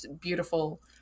beautiful